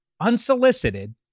unsolicited